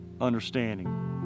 understanding